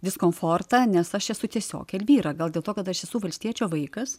diskomfortą nes aš esu tiesiog elvyra gal dėl to kad aš esu valstiečio vaikas